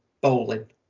bowling